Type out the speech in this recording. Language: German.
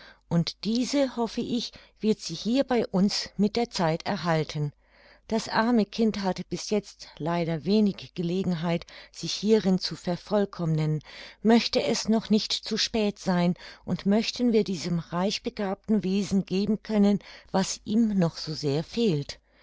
und diese hoffe ich wird sie hier bei uns mit der zeit erhalten das arme kind hatte bis jetzt leider wenig gelegenheit sich hierin zu vervollkommnen möchte es noch nicht zu spät sein und möchten wir diesem reichbegabten wesen geben können was ihm noch so sehr fehlt